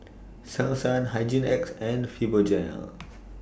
Selsun Hygin X and Fibogel